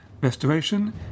restoration